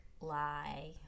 lie